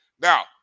Now